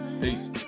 Peace